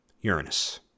Uranus